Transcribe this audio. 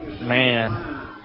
Man